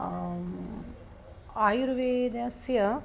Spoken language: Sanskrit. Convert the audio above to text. आयुर्वेदस्य